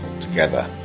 together